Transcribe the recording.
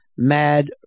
Mad